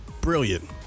brilliant